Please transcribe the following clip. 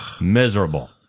Miserable